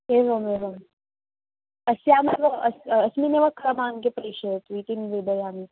एवमेवम् अस्यमेव अस्मिन्नेव क्रमाङ्के प्रेषयतु इति निवेदयामि